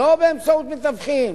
לא באמצעות מתווכים.